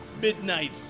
Midnight